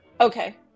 Okay